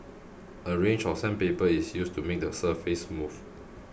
a range of sandpaper is used to make the surface smooth